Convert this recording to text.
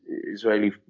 Israeli